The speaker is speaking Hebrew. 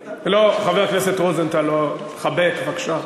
לא, חבר הכנסת רוזנטל, לא, חבק, בבקשה.